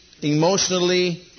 emotionally